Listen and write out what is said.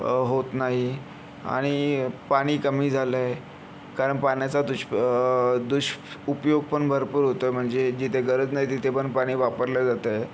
होत नाही आणि पाणी कमी झालं आहे कारण पाण्याचा दुष्क दुष्क उपयोग पण भरपूर होतो आहे म्हणजे जिथे गरज नाही तिथे पण पाणी वापरलं जातं आहे